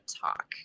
talk